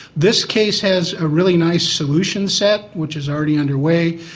this case has a really nice solution set, which is already underway,